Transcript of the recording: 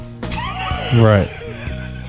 Right